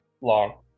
long